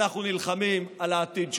אנחנו נלחמים על העתיד שלנו.